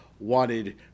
wanted